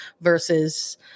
versus